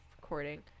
recording